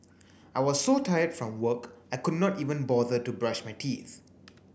I was so tired from work I could not even bother to brush my teeth